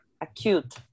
acute